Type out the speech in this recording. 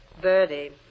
Birdie